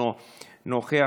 נוכח,